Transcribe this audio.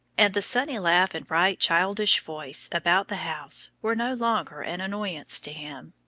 and the sunny laugh and bright childish voice about the house were no longer an annoyance to him.